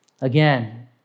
Again